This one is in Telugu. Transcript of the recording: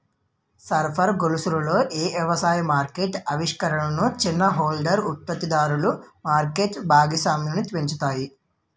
సరఫరా గొలుసులలో ఏ వ్యవసాయ మార్కెట్ ఆవిష్కరణలు చిన్న హోల్డర్ ఉత్పత్తిదారులలో మార్కెట్ భాగస్వామ్యాన్ని పెంచుతాయి?